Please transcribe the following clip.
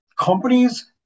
Companies